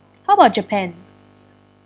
how about japan